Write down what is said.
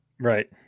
Right